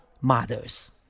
mothers